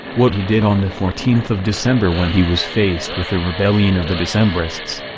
what he did on the fourteenth of december when he was faced with the rebellion of the decembrists,